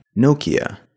Nokia